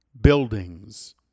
buildings